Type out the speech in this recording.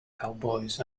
cowboys